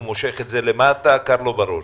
הוא מושך אותה למטה ואז קר לו בראש.